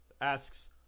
asks